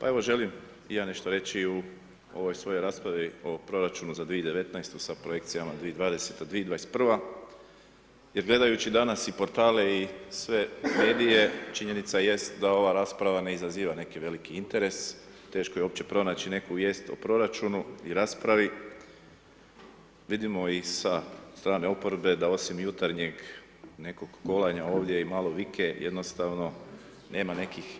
Pa evo želim i ja nešto reći u ovoj svojoj raspravi o proračunu za 2019. sa Projekcijama 2020., 2021. jer gledajući danas i portale i sve medije, činjenica jest da ova rasprava ne izaziva neki veliki interes, teško je uopće pronaći neku vijest o proračunu i raspravi, vidimo i sa strane oporbe da osim jutarnjeg nekog kolanja ovdje i malo vike jednostavno nema nekih